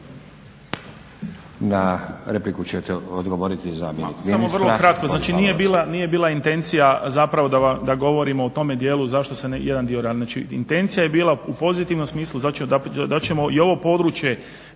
Na repliku će odgovorit zamjenik